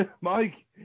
Mike